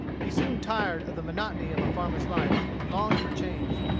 he soon tired of the monotony of a farmer's life, and longed for change.